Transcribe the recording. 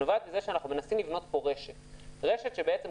נובעת מזה שאנחנו מנסים לבנות פה רשת שכל